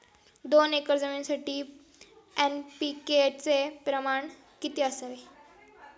दोन एकर जमिनीसाठी एन.पी.के चे प्रमाण किती असावे?